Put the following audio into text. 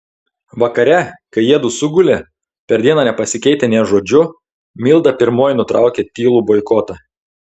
vakare kai jiedu sugulė per dieną nepasikeitę nė žodžiu milda pirmoji nutraukė tylų boikotą